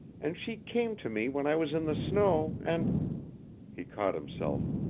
and she came to me when i was in the snow and he caught himself,